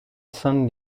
san